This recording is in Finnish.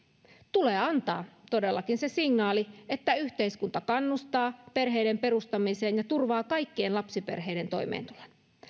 tulee antaa todellakin se signaali että yhteiskunta kannustaa perheen perustamiseen ja turvaa kaikkien lapsiperheiden toimeentulon